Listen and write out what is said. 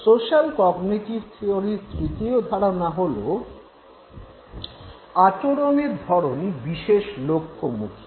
social cognitive থিওরির তৃতীয় ধারণা হল আচরণের ধরণ বিশেষ লক্ষ্যমুখী